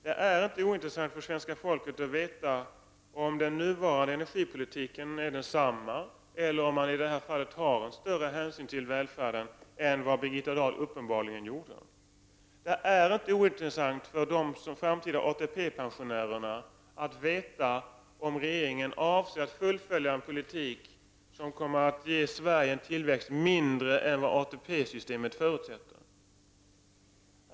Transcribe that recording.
Det är inte ointressant för svenska folket att veta om den nuvarande energipolitiken är densamma eller om man nu tar en större hänsyn till välfärden än vad Birgitta Dahl uppenbarligen gjorde. Det är inte ointressant för de framtida ATP-pensionärerna att veta om regeringen avser att fullfölja en politik som kommer att ge Sverige en mindre tillväxt än den som ATP-systemet förutsätter.